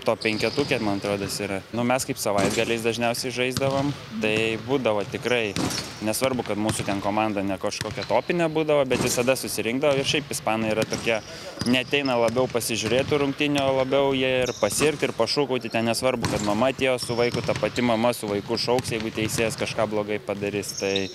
top penketuke man atrodo jis yra nu mes kaip savaitgaliais dažniausiai žaisdavom tai būdavo tikrai nesvarbu kad mūsų ten komanda ne kažkokia topinė būdavo bet visada susirinkdavo ir šiaip ispanai yra tokie neateina labiau pasižiūrėt tų rungtynių o labiau jie ir pasirgt ir pašūkauti ten nesvarbu kad mama atėjo su vaiku ta pati mama su vaiku šauks jeigu teisėjas kažką blogai padarys tai